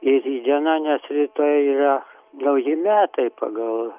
į rytdieną nes rytoj yra nauji metai pagal